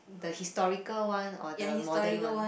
the historical one or the modern one